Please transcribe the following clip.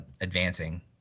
advancing